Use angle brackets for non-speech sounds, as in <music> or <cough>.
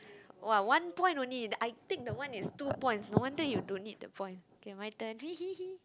!wah! one point only I take the one is two point no wonder you don't need the point K my turn <laughs>